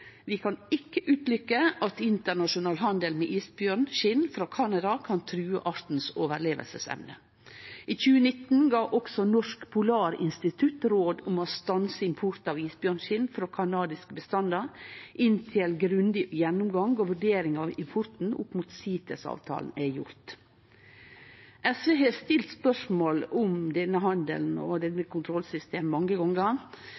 kan ikke utelukke at internasjonal handel med isbjørn fra Canada kan true artens overlevelsesevne.» I 2019 gav også Norsk polarinstitutt råd om å stanse import av isbjørnskinn frå kanadiske bestandar inntil ein grundig gjennomgang og vurdering av importen opp mot CITES-avtalen er gjort. SV har stilt spørsmål om denne handelen og